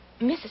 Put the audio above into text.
Mrs